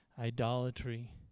idolatry